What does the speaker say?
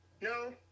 No